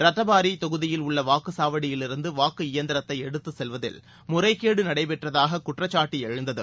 ரதபாரி தொகுதியில் உள்ள வாக்குச்சாவடியிலிருந்து வாக்கு இயந்திரத்தை எடுத்துச் செல்வதில் முறைகேடு நடைபெற்றதாக குற்றச்சாட்டு எழுந்தது